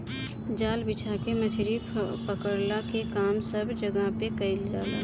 जाल बिछा के मछरी पकड़ला के काम सब जगह पे कईल जाला